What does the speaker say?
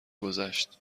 گذشت